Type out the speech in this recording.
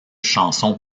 chansons